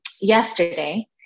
yesterday